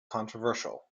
controversial